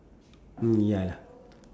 mm ya lah